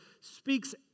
speaks